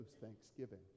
thanksgiving